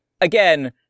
Again